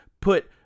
put